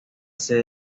sede